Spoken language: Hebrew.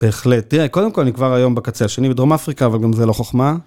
בהחלט. תראה, קודם כל אני כבר היום בקצה השני בדרום אפריקה, אבל גם זה לא חוכמה.